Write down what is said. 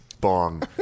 bong